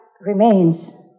remains